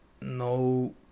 no